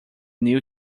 new